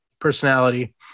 personality